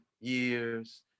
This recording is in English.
years